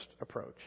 approach